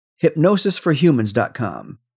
hypnosisforhumans.com